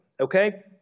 Okay